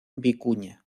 vicuña